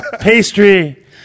pastry